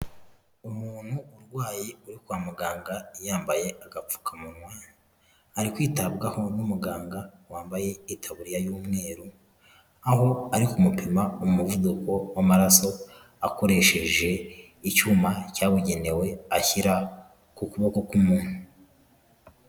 Umuntu urwaye uri kwa muganga, yambaye agapfukamunwa ari kwitabwaho n'umuganga, wambaye itaburiya y'umweru aho ari kumupima umuvuduko w'amaraso, akoresheje icyuma cyabugenewe ashyira ku kuboko k'umuntu.